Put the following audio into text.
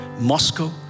Moscow